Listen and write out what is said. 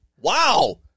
Wow